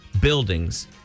buildings